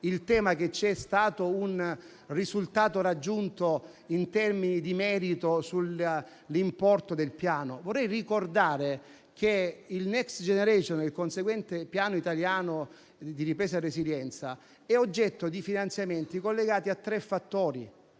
il richiamo al risultato raggiunto, in termini di merito, sull'importo del Piano. Vorrei ricordare che il Next generation EU e il conseguente Piano nazionale di ripresa e resilienza sono oggetto di finanziamenti collegati a tre fattori,